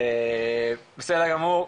בסדר גמור,